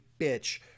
bitch